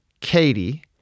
Katie